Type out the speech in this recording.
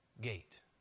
gate